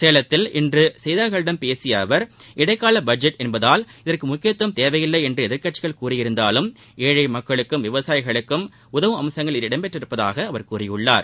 சேலத்தில் இன்று செய்தியாளர்களிடம் பேசிய அவர் இடைக்கால பட்ஜெட் என்பதால் இதற்கு முக்கியத்துவம் தேவையில்லை என்று எதிர்க்கட்சிகள் கூறியிருந்தாலும் ஏனழ மக்களுக்கும் விவசாயிகளுக்கும் உதவும் அம்சங்கள் இடம்பெற்றுள்ளதாகக் கூறினார்